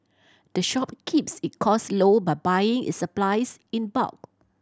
the shop keeps it cost low by buying its supplies in bulk